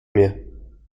mehr